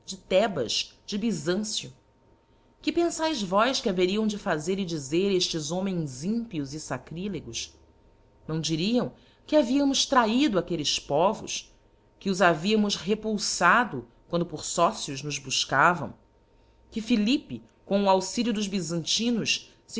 thebas de byzancio que penfais vós que haveriam de fazer e dizer eftes homens ímpios e facrilegos não diriam que havíamos trahido aqudles povos que os havíamos repulfado quando por fi cios nos buf cavam que philippe com o auxilio dos byzantinos